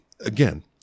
again